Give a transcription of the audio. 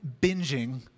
binging